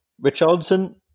Richardson